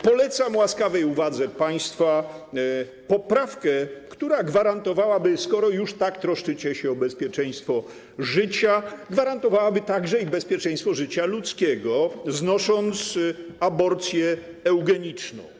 Polecam łaskawej uwadze państwa poprawkę, która gwarantowałaby - skoro już tak troszczycie się o bezpieczeństwo życia - także bezpieczeństwo życia ludzkiego, znosząc aborcję eugeniczną.